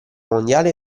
mondiale